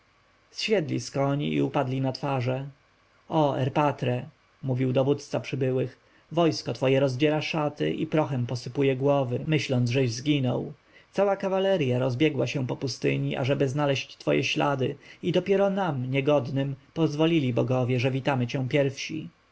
z koni i upadli na twarze o erpatre mówił dowódca przybyłych wojsko twoje rozdziera szaty i prochem posypuje głowy myśląc żeś zginął cała kawalerja rozbiegła się po pustyni ażeby znaleźć twoje ślady i dopiero nam niegodnym pozwolili bogowie że witamy cię pierwsi